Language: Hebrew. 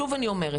שוב אני אומרת,